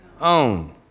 own